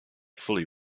fully